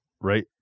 Right